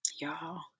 Y'all